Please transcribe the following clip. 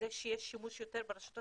שיש שימוש יותר ברשתות